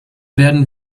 werden